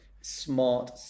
smart